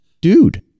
Dude